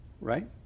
Right